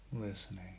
listening